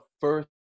First